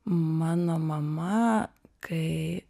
mano mama kai